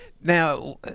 now